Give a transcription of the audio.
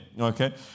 okay